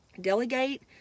delegate